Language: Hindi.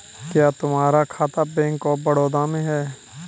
क्या तुम्हारा खाता बैंक ऑफ बड़ौदा में है?